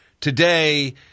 today –